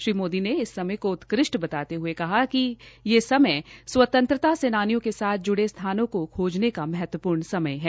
श्री मोदी ने इस समय को उत्कृष्ट बताते हये कहा कि येसमय स्वतंत्रता सेनानियों के साथ जुड़े स्थानों को खोजने का महत्वपूर्ण समय है